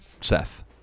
Seth